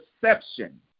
perception